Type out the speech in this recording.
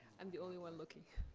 i'm the only one looking.